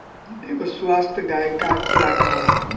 एगो स्वस्थ गाय क खुराक का ह?